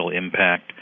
impact